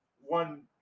one